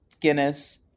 Guinness